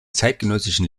zeitgenössischen